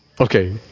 Okay